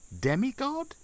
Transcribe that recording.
Demigod